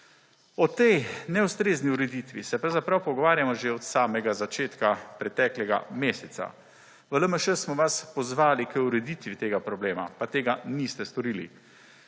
O tej neustrezni ureditvi se pravzaprav pogovarjamo že od samega začetka preteklega meseca. V LMŠ smo vas pozvali k ureditvi tega problema pa tega niste storili